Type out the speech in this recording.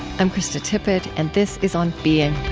i'm krista tippett, and this is on being.